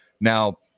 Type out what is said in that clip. Now